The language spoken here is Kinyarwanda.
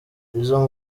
izo